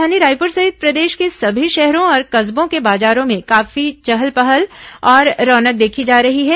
राजधानी रायपुर सहित प्रदेश के सभी शहरों और कस्बों के बाजारों में काफी चहल पहल और रौनक देखी जा रही है